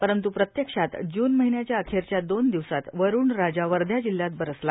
परंतूर प्रत्यक्षात जून महिन्याच्या अखेरच्या दोन दिवसात वरुणराजा वर्धा जिल्ह्यात बरसला